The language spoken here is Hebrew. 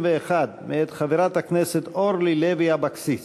31 מאת חברת הכנסת אורלי לוי אבקסיס,